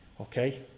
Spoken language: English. Okay